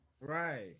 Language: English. Right